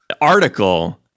article